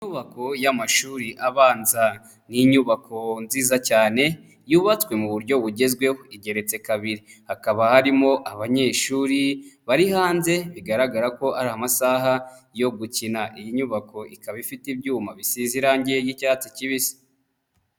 Inyubako y'amashuri abanza. Ni inyubako nziza cyane yubatswe mu buryo bugezweho igeretse kabiri. Hakaba harimo abanyeshuri bari hanze bigaragara ko ari amasaha yo gukina. Iyi nyubako ikaba ifite ibyuma bisize irangi ry'icyatsi kibisi.